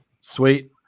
Sweet